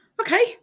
Okay